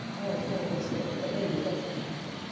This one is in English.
oh, it's another whole story. but, anyway, that's how we got there.